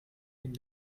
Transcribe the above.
neben